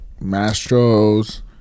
Mastro's